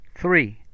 Three